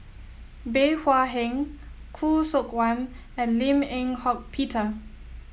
Bey Hua Heng Khoo Seok Wan and Lim Eng Hock Peter